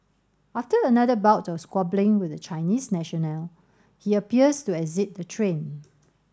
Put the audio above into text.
after another bout of squabbling with the Chinese national he appears to exit the train